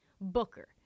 Booker